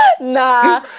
Nah